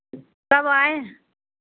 कब आएँ